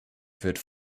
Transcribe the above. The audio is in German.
wird